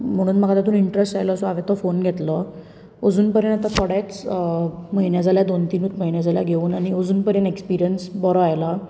म्हणून म्हाका तितून इंट्रस्ट आयलो सो हांवें तो फोन घेतलो अजून परेन आता थोडेच म्हयने जाला दोन तीनूच म्हयने जाला घेवन आनी अजून परेन एक्सप्रियंस बरो आयला